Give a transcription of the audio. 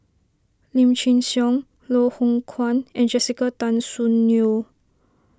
Lim Chin Siong Loh Hoong Kwan and Jessica Tan Soon Neo